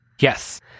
Yes